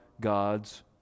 God's